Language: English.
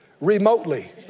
remotely